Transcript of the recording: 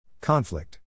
Conflict